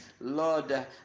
Lord